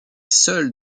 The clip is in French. seul